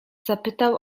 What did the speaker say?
zapytał